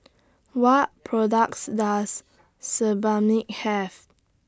What products Does Sebamed Have